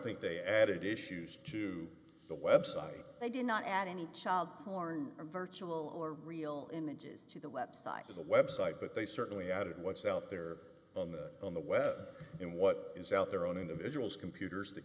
think they added issues to the website they did not add any child porn or virtual or real images to the website of the website but they certainly got it what's out there on the on the web and what is out there on individuals computers that